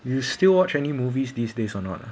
you will still watch any movies these days or not ah